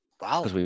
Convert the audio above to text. Wow